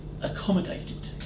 accommodated